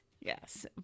Yes